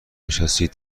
نشستید